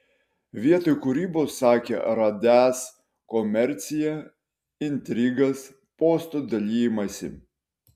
vietoj kūrybos sakė radęs komerciją intrigas postų dalijimąsi